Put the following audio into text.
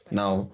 now